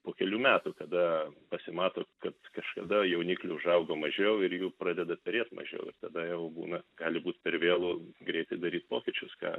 po kelių metų kada pasimato kad kažkada jauniklių užaugo mažiau ir jų pradeda turėti mažiau ir tada jau būna gali būt per vėlu greitai daryt pokyčius ką